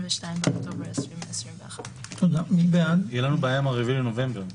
באוקטובר 2021)". תהיה לנו בעיה עם ה-4 בנובמבר,